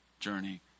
journey